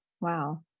wow